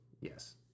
yes